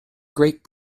great